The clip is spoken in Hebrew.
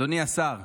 אדוני השר,